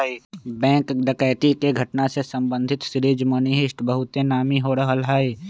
bank डकैती के घटना से संबंधित सीरीज मनी हीस्ट बहुते नामी हो रहल हइ